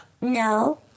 No